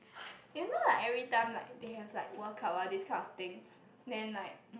you know like every time like they have like World Cup all this kind of things then like